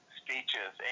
speeches